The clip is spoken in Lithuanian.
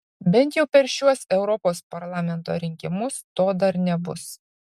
bent jau per šiuos europos parlamento rinkimus to dar nebus